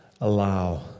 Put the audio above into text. allow